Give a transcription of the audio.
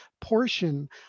portion